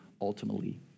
ultimately